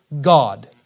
God